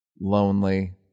lonely